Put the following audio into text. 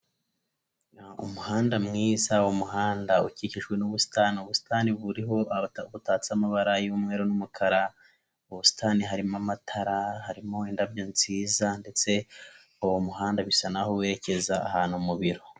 Umuhanda mwiza, umuhanda ukikijwe n'ubusitani, ubusitani buriho butatse amabara y'umweru n'umukara, mu busitani harimo amatara, harimo indabyo nziza ndetse uwo muhanda bisa n'aho werekeza ahantu mu biro.